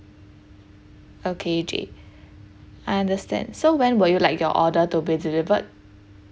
okay jay I understand so when will you like your order to be delivered